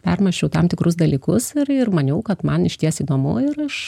permąsčiau tam tikrus dalykus ir ir maniau kad man išties įdomu ir aš